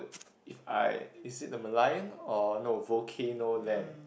if I is it the Merlion or no volcano land